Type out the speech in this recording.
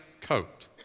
coat